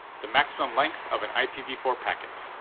the maximum length of an i p v four packet.